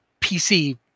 PC